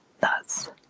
thus